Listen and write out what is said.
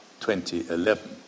2011